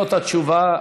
זאת התשובה,